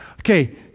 okay